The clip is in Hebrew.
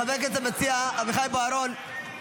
חבר הכנסת המציע אביחי בוארון,